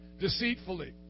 deceitfully